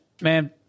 man